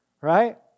right